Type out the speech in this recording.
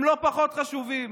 הם לא פחות חשובים,